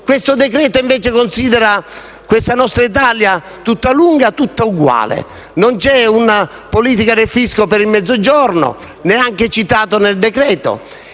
questo decreto-legge invece considera questa nostra Italia tutta lunga e tutta uguale. Non c'è una politica del fisco per il Mezzogiorno, neanche citato nel decreto-legge,